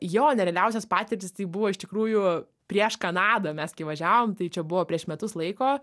jo nerealiausios patirtys buvo iš tikrųjų prieš kanadą mes kai važiavom tai čia buvo prieš metus laiko